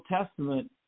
Testament